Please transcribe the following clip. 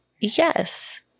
Yes